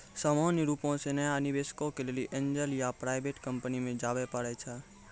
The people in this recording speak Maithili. सामान्य रुपो से नया निबेशको के लेली एंजल या प्राइवेट कंपनी मे जाबे परै छै